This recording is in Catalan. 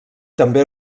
també